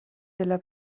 della